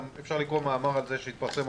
גם אפשר לקרוא מאמר על זה שהתפרסם רק הבוקר.